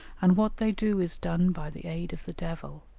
and what they do is done by the aid of the devil,